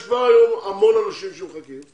יש היום המון אנשים שמחכים,